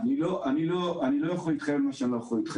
אני לא יכול להתחייב על מה שאני לא יכול.